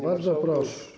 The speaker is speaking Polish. Bardzo proszę.